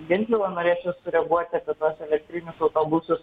gentvilo norėčiau sureaguoti apie tuos elektrinius autobusus